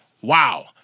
Wow